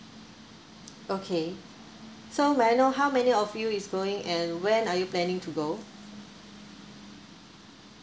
okay so may I know how many of you is going and when are you planning to go